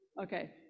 Okay